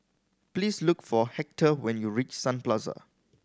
please look for Hector when you reach Sun Plaza